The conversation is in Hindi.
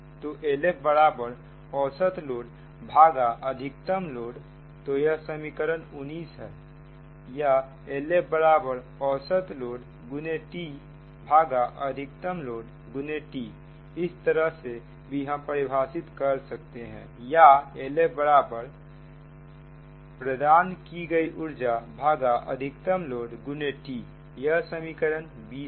तो LF औसत लोड अधिकतम लोड तो यह समीकरण 19 है या LF औसत लोड X Tअधिकतम लोड X T इस तरह से भी हम परिभाषित कर सकते हैं या LFप्रदान की गई ऊर्जा अधिकतम लोड X Tयह समीकरण 20 है